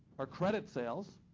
are credit sales.